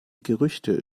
gerüchte